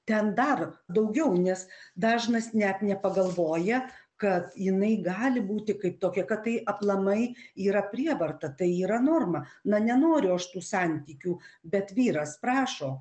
ten dar daugiau nes dažnas net nepagalvoja kad jinai gali būti kaip tokia kad tai aplamai yra prievarta tai yra norma na nenoriu aš tų santykių bet vyras prašo